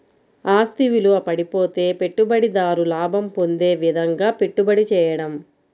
ఆస్తి విలువ పడిపోతే పెట్టుబడిదారు లాభం పొందే విధంగాపెట్టుబడి చేయడం